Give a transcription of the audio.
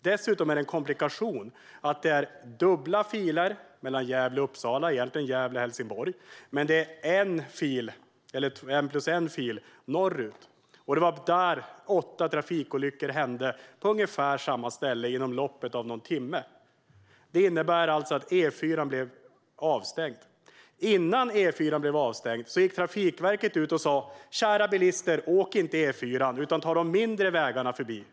Dessutom är det en komplikation att det är dubbla filer mellan Gävle och Uppsala, egentligen mellan Gävle och Helsingborg, men en plus en fil norrut. Det var där åtta trafikolyckor hände på ungefär samma ställe inom loppet av någon timme. Det innebar att E4:an blev avstängd. Innan E4:an blev avstängd gick Trafikverket ut och sa: Kära bilister, åk inte E4:an utan ta de mindre vägarna förbi.